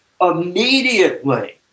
immediately